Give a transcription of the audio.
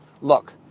look